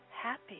happy